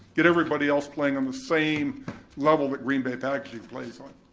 get everybody else playing on the same level that green bay packaging plays on.